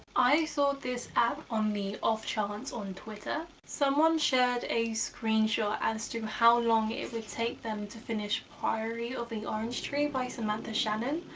i saw this app on me off chance on twitter. someone shared a screenshot as to how long it would take them to finish priory of the orange tree by samantha shannon.